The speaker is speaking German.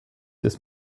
ist